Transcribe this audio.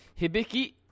hibiki